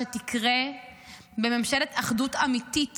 שתקרה בממשלת אחדות אמיתית